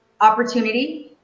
opportunity